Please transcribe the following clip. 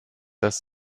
dass